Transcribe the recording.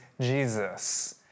Jesus